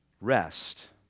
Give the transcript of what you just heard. rest